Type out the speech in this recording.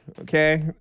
Okay